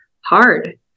hard